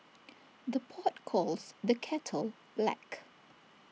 the pot calls the kettle black